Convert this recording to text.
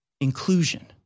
inclusion